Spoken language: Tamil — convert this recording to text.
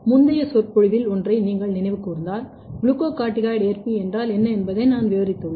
முந்தைய சொற்பொழிவில் ஒன்றை நீங்கள் நினைவு கூர்ந்தால் குளுக்கோகார்ட்டிகாய்டு ஏற்பி என்றால் என்ன என்பதை நான் விவரித்துள்ளேன்